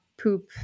poop